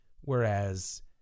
Whereas